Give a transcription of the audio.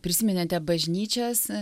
prisiminėte bažnyčias